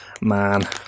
man